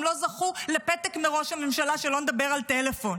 הם לא זכו לפתק מראש הממשלה, שלא נדבר על טלפון.